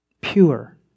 Pure